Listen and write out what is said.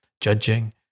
judging